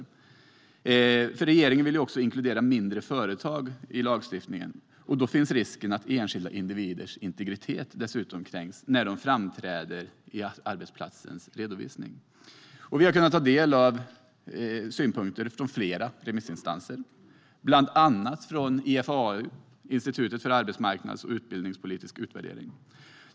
Eftersom regeringen vill inkludera mindre företag i lagstiftningen finns det risk att enskilda individers integritet kränks när de framträder i arbetsplatsens redovisning. Vi har kunnat ta del av synpunkter från flera remissinstanser, bland annat IFAU, Institutet för arbetsmarknads och utbildningspolitisk utvärdering.